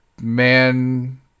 Man